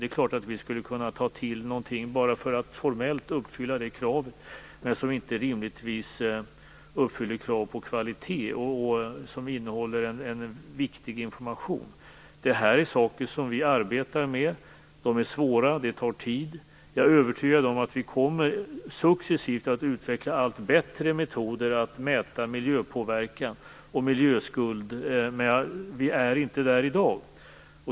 Det är klart att vi skulle kunna ta till något bara för att formellt uppfylla det kravet, men rimligtvis uppfylls inte kravet på kvalitet. Vidare handlar det om viktig information. Dessa saker arbetar vi med. De är svåra och arbetet tar tid. Jag är dock övertygad om att vi successivt kommer att utveckla allt bättre metoder för att mäta miljöpåverkan och miljöskulden, men vi är inte där i dag.